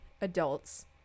adults